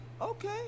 Okay